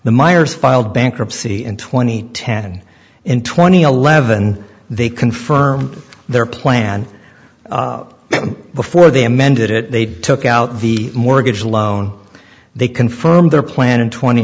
the meiers filed bankruptcy in twenty ten in twenty eleven they confirmed their plan before they amended it they took out the mortgage loan they confirmed their plan in tw